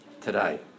today